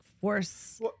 Force